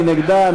מי נגדה?